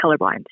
colorblind